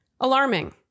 alarming